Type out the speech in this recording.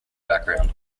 background